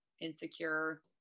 insecure